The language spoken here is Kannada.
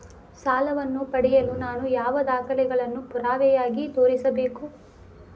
ಸಾಲವನ್ನು ಪಡೆಯಲು ನಾನು ಯಾವ ದಾಖಲೆಗಳನ್ನು ಪುರಾವೆಯಾಗಿ ತೋರಿಸಬೇಕು?